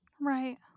Right